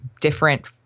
different